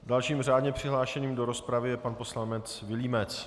Dalším řádně přihlášeným do rozpravy je pan poslanec Vilímec.